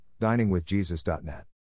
diningwithjesus.net